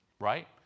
right